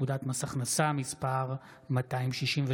הגדרת מסוכנות של פוגעים בבעלי חיים),